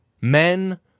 Men